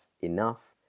enough